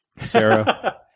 Sarah